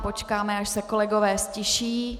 Počkáme, až se kolegové ztiší.